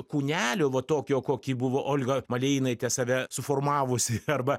kūnelio va tokio kokį buvo olga malėjinaitė save suformavusi arba